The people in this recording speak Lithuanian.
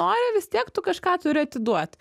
nori vis tiek tu kažką turi atiduot